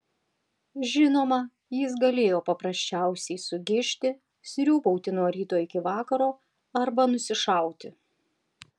žinoma jis galėjo paprasčiausiai sugižti sriūbauti nuo ryto iki vakaro arba nusišauti